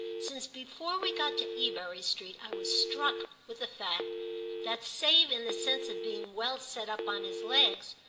since before we got to ebury street i was struck with the fact that, save in the sense of being well set up on his legs,